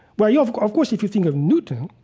well, you have, of course, if you think of newton,